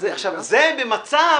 זה במצב